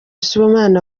sibomana